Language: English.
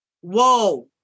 Whoa